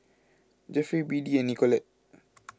Jefferey Beadie and Nicolette